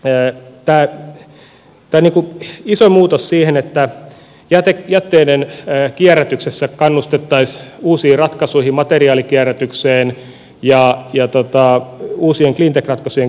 tämä on iso muutos siinä että jätteiden kierrätyksessä kannustettaisiin uusiin ratkaisuihin materiaalikierrätykseen ja uusien cleantech ratkaisujen käyttöönottoon